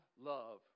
love